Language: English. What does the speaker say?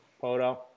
POTO